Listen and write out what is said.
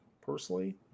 personally